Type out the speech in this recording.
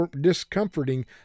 discomforting